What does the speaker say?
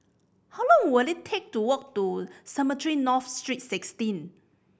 how long will it take to walk to Cemetry North Street Sixteen